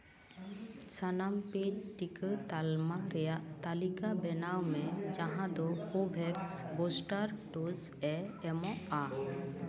ᱥᱟᱱᱟᱢ ᱯᱮᱰ ᱴᱤᱠᱟᱹ ᱛᱟᱞᱢᱟ ᱨᱮᱭᱟᱜ ᱛᱟᱹᱞᱤᱠᱟ ᱵᱮᱱᱟᱣ ᱢᱮ ᱡᱟᱸᱦᱟ ᱫᱚ ᱠᱳᱼᱵᱷᱮᱠᱥ ᱵᱩᱥᱴᱟᱨ ᱰᱳᱡ ᱼᱮ ᱮᱢᱚᱜᱼᱟ